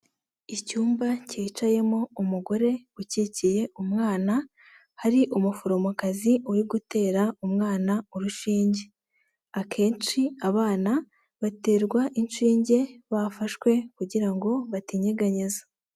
Icyumba cyicayemo umugore ukikiye umwana, hari umuforomokazi uri gutera umwana urushinge; akenshi abana baterwa inshinge bafashwe kugira ngo batinyeganyeza.